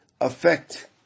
affect